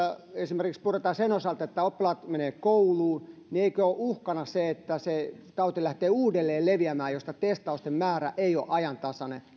puretaan esimerkiksi sen osalta että oppilaat menevät kouluun niin eikö ole uhkana että se tauti lähtee uudelleen leviämään jos testausten määrä ja jäljittäminen eivät ole ajan tasalla